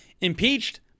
impeached